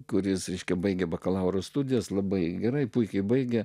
kuris reiškia baigę bakalauro studijas labai gerai puikiai baigia